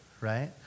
right